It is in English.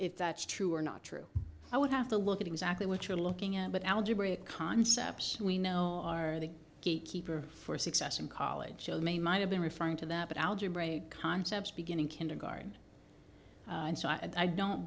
if that's true or not true i would have to look at exactly what you're looking at but algebraic concepts we know are the gate keeper for success in college may might have been referring to that but algebra concepts beginning kindergarten and so i don't